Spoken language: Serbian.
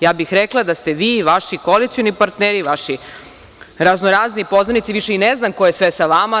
Ja bih rekla da ste vi i vaše koalicioni partneri, vaši raznorazni poznanici, više ne znam ni koje sa vama.